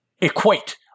equate